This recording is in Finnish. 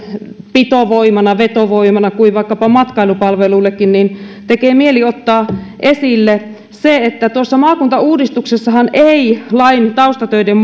pitovoimana ja vetovoimana kuin vaikkapa matkailupalveluillekin niin tekee mieli ottaa esille se että maakuntauudistuksessahan ei lain taustatöiden